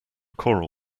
choral